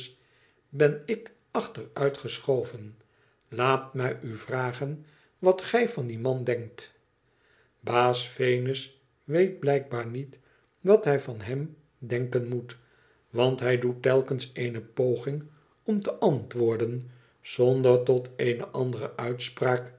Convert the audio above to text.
ben ik achteruit geschoven laat mij u vragen wat gij van dien man denkt baas venus weet blijkbaar niet wat hij van hem denken moet want hij doet telkens eene poging om te antwoorden zonder tot eene andere uitspraak